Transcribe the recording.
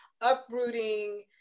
uprooting